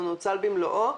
הוא נוצל במלואו.